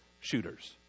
shooters